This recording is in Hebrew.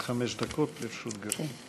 עד חמש דקות לרשותך.